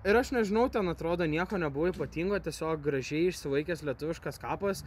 ir aš nežinau ten atrodo nieko nebuvo ypatingo tiesiog gražiai išsilaikęs lietuviškas kapas